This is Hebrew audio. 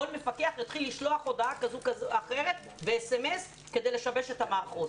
כל מפקח יתחיל לשלוח הודעה כזו או אחרת כדי לשבש את המערכות.